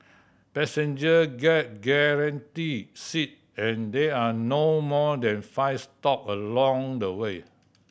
passenger get guaranteed seat and there are no more than five stop along the way